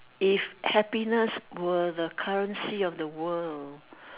if happiness were the currency of the world